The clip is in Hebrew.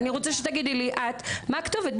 אני רוצה שתגידי לי את מה הכתובת.